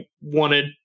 wanted